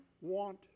want